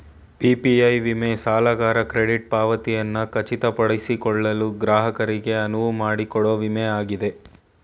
PPI ವಿಮೆ ಸಾಲಗಾರ credit ಪಾವತಿಯನ್ನ ಖಚಿತಪಡಿಸಿಕೊಳ್ಳಲು ಗ್ರಾಹಕರಿಗೆ ಅನುವುಮಾಡಿಕೊಡೊ ವಿಮೆ ಆಗಿದೆ